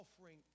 offering